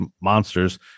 monsters